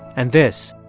and this